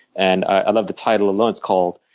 and i love the title alone. it's called,